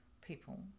people